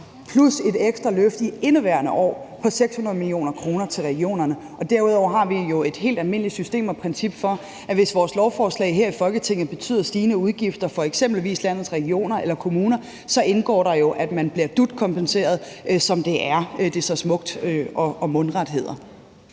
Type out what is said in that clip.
plus et ekstra løft i indeværende år på 600 mio. kr. til regionerne. Derudover har vi jo et helt almindeligt system og princip for, at hvis vores lovforslag her i Folketinget betyder stigende udgifter, f.eks. for landets regioner eller kommuner, indgår det jo, at de bliver dut-kompenseret, som det så smukt og mundret hedder.